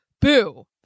Boo